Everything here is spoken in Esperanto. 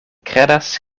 kredas